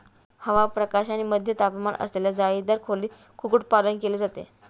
हवा, प्रकाश आणि मध्यम तापमान असलेल्या जाळीदार खोलीत कुक्कुटपालन केले जाते